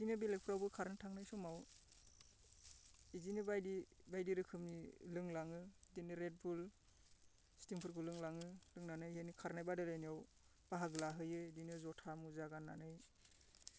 बिदिनो बेलेगफोरावबो खारनो थांनाय समाव बिदिनो बायदि बायदि रोखोमनि लोंलाङो बिदिनो रेडबुल स्टिंफोरखौ लोंलाङो लोंनानै बिदिनो खारनाय बादायलायनायाव बाहागो लाहैयो बिदिनो जुथा मुजा गाननानै